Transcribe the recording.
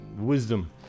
wisdom